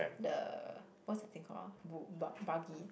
the what's the thing called ah bu~ bug~ buggy